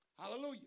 Hallelujah